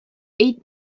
eight